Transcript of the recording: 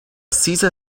cesar